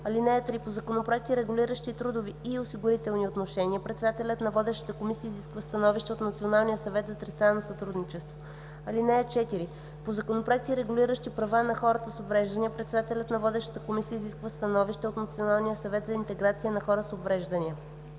му. (3) По законопроекти, регулиращи трудови и осигурителни отношения, председателят на водещата комисия изисква становище от Националния съвет за тристранно сътрудничество. (4) По законопроекти, регулиращи права на хората с увреждания, председателят на водещата комисия изисква становище от Националния съвет за интеграция на хората с увреждания.